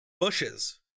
Bushes